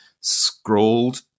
scrolled